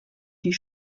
die